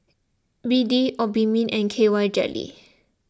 B D Obimin and K Y jelly